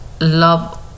love